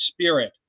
spirit